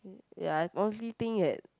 ya I honestly think that